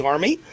Army